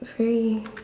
very